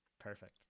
perfect